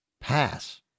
Pass